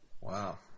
Wow